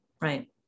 right